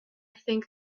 think